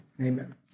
Amen